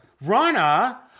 Rana